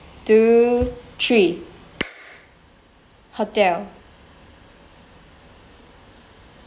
two three hotel